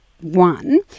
One